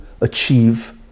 achieve